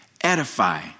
Edify